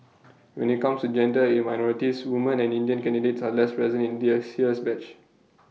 when IT comes gender and minorities woman and Indian candidates are less present in this year's batch